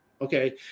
Okay